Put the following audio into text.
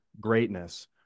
greatness